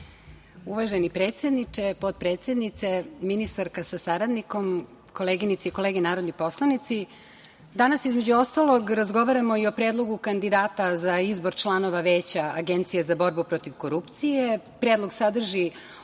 Hvala. Uvaženi predsedniče, potpredsednice, ministarka sa saradnikom, koleginice i kolege narodni poslanici, danas, između ostalog, razgovaramo i o Predlogu kandidata za izbor članova Veća Agencije za borbu protiv korupcije. Predlog sadrži